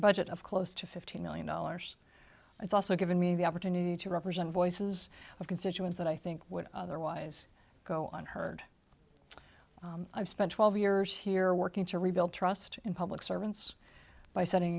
budget of close to fifty million dollars it's also given me the opportunity to represent voices of constituents that i think would otherwise go unheard i've spent twelve years here working to rebuild trust in public servants by setting